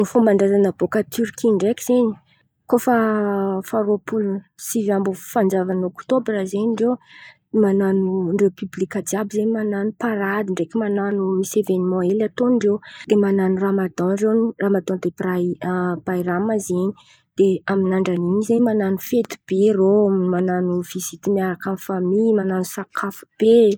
Fomban-drazan̈a bôkà torky ndraiky zen̈y kôa efa faha-roapolo sivy amby fanjavan'ny ôktôbra zen̈y irô man̈ano repoblika jiàby zen̈y man̈ano parady ndraiky man̈ano misy evenman hely ataon-drô. Dia man̈ano ramadan irô ramadan de brahi- bahiram zen̈y dia amin'ny andran'io zen̈y man̈ano fety be irô. Man̈ano vizity miaraka amin'ny famy man̈ano sakafo be.